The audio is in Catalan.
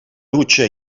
dutxa